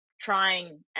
trying